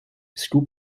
school